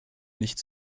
nicht